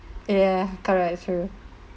yeah correct true